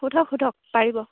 সোধক সোধক পাৰিব